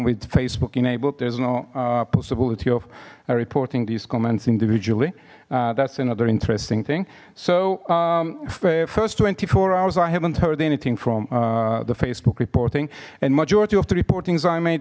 enabled there's no possibility of reporting these comments individually that's another interesting thing so first twenty four hours i haven't heard anything from the facebook reporting and majority of the reporting's i made